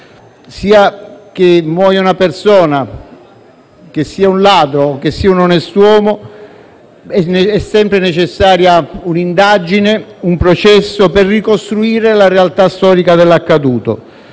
quando muore una persona, sia essa un ladro o un onest'uomo, sono sempre necessari un'indagine e un processo per ricostruire la realtà storica dell'accaduto.